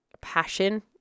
passion